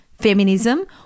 Feminism